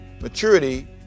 maturity